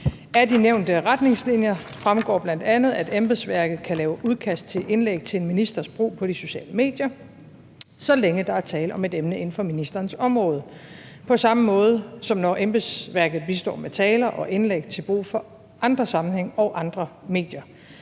Af de nævnte retningslinjer fremgår bl.a., at embedsværket kan lave udkast til indlæg til en ministers brug på de sociale medier, så længe der er tale om et emne om inden for ministerens område på samme måde, som når embedsværket bistår med taler og indlæg til brug for andre sammenhænge og andre medier.